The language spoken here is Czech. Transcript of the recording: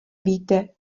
víte